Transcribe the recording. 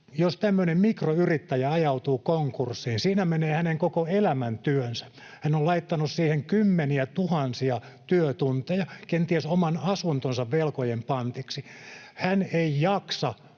Jos tämmöinen mikroyrittäjä ajautuu konkurssiin, siinä menee hänen koko elämäntyönsä. Hän on laittanut siihen kymmeniätuhansia työtunteja, kenties oman asuntonsa velkojen pantiksi. Hän ei jaksa